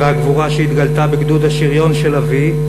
והגבורה שהתגלתה בגדוד השריון של אבי,